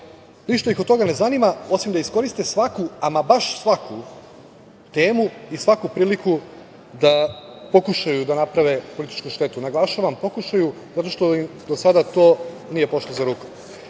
Ništa ih od toga ne zanima, osim da iskoriste svaku, ama baš svaku temu i svaku priliku da pokušaju da naprave političku štetu. Naglašavam – pokušaju, zato što im do sada to nije pošlo za